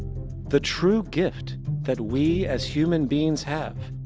the true gift that we as human beings have,